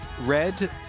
red